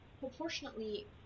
proportionately